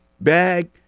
bag